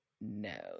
no